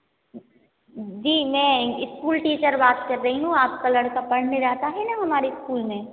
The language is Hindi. जी मैं इस्कूल टीचर बात रही हूँ आपका लड़का पढ़ने जाता है ना हमारे इस्कूल में